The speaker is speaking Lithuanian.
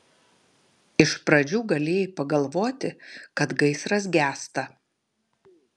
iš pradžių galėjai pagalvoti kad gaisras gęsta